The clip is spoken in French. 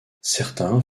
certains